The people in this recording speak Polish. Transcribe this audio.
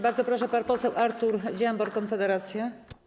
Bardzo proszę, pan poseł Artur Dziambor, Konfederacja.